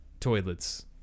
toilets